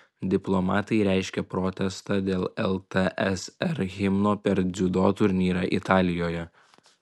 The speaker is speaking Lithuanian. diplomatai reiškia protestą dėl ltsr himno per dziudo turnyrą italijoje